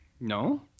No